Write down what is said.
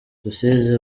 rusizi